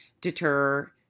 deter